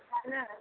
hello